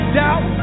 doubt